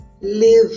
live